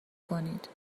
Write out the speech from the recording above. کنید